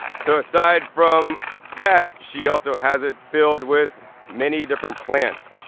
so aside from that, she also has it filled with many different plants.